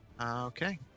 Okay